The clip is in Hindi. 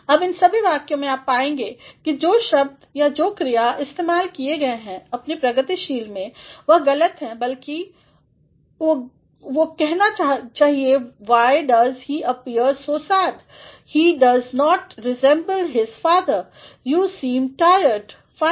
अब इन सभी वाक्यों में आप पाएंगे कि जो शब्द या जो क्रिया इस्तेमाल किए गए हैं अपने प्रगतिशील में वह गलत है बल्कि को हमें कहना चाहिए है why does he appear so said he does not resemble his father you seem tired fine